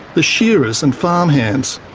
the shearers and farm hands.